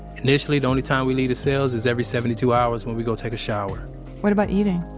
initially, the only time we leave the cells is every seventy two hours when we go take a shower what about eating?